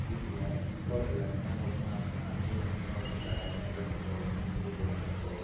வீட்டில் ஹோட்டல்ல அதுமேல் ஒர்க் பண்ணாதவங்கள்லாம் அதுமாரி அண்ணனுங்கள்லாம் ஒர்க் பண்ணுறாங்க அது முன்னேரத்துலேருந்து சாப்பிட மீன் செஞ்சிகிட்ருக்காங்க அப்போது